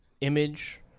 image